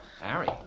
Harry